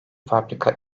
fabrika